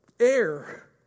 air